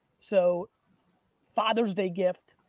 so father's day gift,